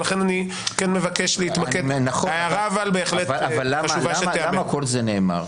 למה כל זה נאמר.